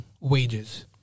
wages